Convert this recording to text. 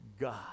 God